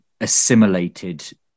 assimilated